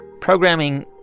programming